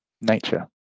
nature